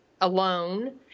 alone